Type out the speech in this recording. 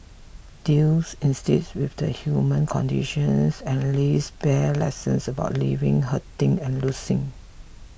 deals instead with the human conditions and lays bare lessons about living hurting and losing